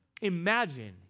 imagine